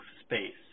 space